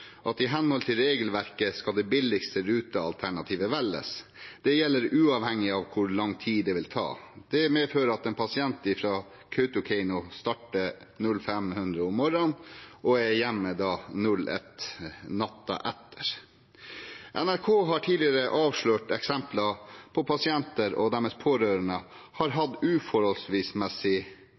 at i henhold til regelverket skal det billigste rutealternativet velges. Det gjelder uavhengig av hvor lang tid det vil ta. Det medfører at en pasient fra Kautokeino starter kl. 05.00 om morgenen og er hjemme kl. 01.00 om natten. NRK har tidligere avslørt eksempler på at pasienter og deres pårørende har hatt